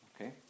Okay